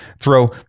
throw